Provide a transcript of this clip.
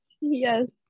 Yes